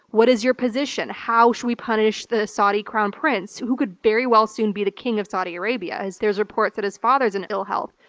what is your position? how should we punish the saudi crown prince, who who could very well soon be the king of saudi arabia? there's reports that his father's in ill health.